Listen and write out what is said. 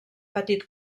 patit